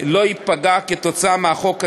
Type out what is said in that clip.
לא ייפגע כתוצאה מהחוק הזה,